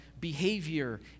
behavior